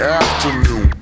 afternoon